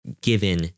given